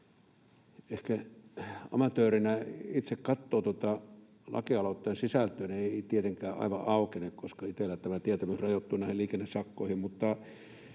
Ehkä kun amatöörinä itse katsoo tuota lakialoitteen sisältöä, ei se tietenkään aivan aukene, koska itselläni tämä tietämys rajoittuu liikennesakkoihin,